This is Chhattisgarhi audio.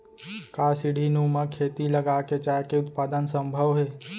का सीढ़ीनुमा खेती लगा के चाय के उत्पादन सम्भव हे?